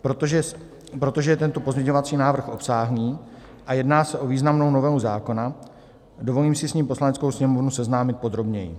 Protože je tento pozměňovací návrh obsáhlý a jedná se o významnou novelu zákona, dovolím si s ním Poslaneckou sněmovnu seznámit podrobněji.